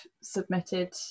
submitted